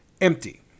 empty